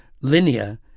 linear